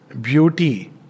beauty